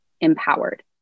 empowered